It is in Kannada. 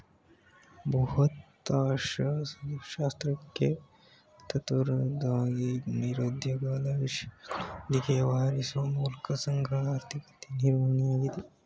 ಬೃಹದರ್ಥಶಾಸ್ತ್ರಕ್ಕೆ ತದ್ವಿರುದ್ಧವಾಗಿದ್ದು ನಿರುದ್ಯೋಗದ ವಿಷಯಗಳೊಂದಿಗೆ ವ್ಯವಹರಿಸುವ ಮೂಲಕ ಸಮಗ್ರ ಆರ್ಥಿಕತೆ ನಿರ್ವಹಣೆಯಾಗಿದೆ